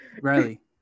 Riley